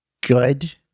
good